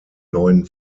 neuen